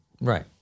right